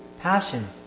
passion